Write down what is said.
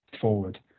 forward